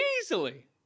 Easily